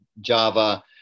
Java